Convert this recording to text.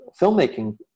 filmmaking